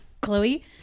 Chloe